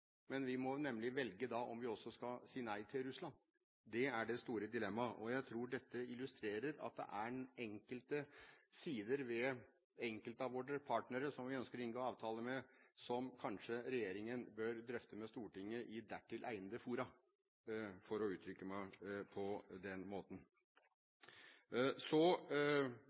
men da måtte vi velge om vi også skal si nei til Russland – det er det store dilemmaet. Jeg tror dette illustrerer at det er enkelte sider ved enkelte av våre partnere som vi ønsker å inngå avtale med, som kanskje regjeringen bør drøfte med Stortinget i dertil egnede fora, for å uttrykke meg på den